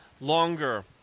longer